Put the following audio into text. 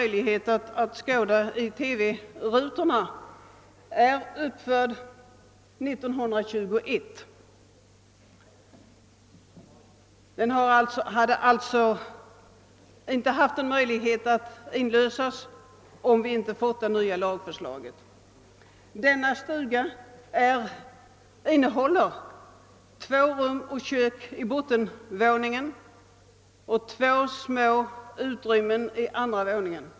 Först skall jag peka på en stuga som uppfördes 1921 och som alltså inte kan inlösas om inte det nya lagförslaget antas. Stugan innehåller två rum och kök i bottenvåningen och två små utrymmen i andra våningen.